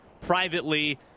privately